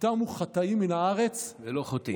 "יתמו חטאים מן הארץ, " ולא חוטאים.